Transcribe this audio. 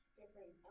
different